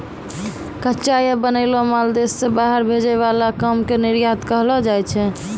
कच्चा या बनैलो माल देश से बाहर भेजे वाला काम के निर्यात कहलो जाय छै